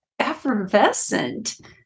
effervescent